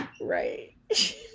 Right